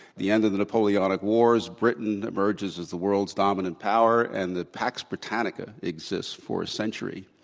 the end of the napoleonic wars. britain emerges as the world's dominant power. and the pax britannica exists for a century,